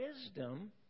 wisdom